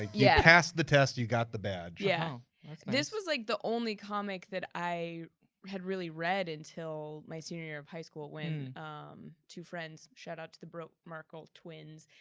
ah yeah passed the test, you got the badge. yeah this was like the only comic that i had really read until my senior year of high school when two friends, shout out to the broke-markle twins,